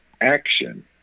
action